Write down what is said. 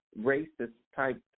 racist-type